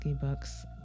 books